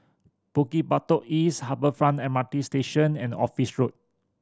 Bukit Batok East Harbour Front M R T Station and Office Road